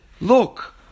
Look